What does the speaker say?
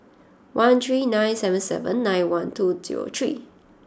one three nine seven seven nine one two zero three